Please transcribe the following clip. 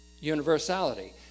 universality